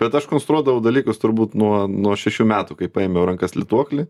bet aš konstruodavau dalykas turbūt nuo nuo šešių metų kai paėmiau į rankas lituoklį